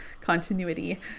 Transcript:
continuity